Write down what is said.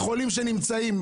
בחולים שנמצאים.